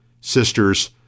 sisters